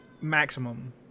maximum